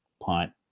punt